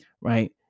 right